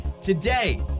Today